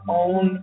own